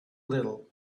little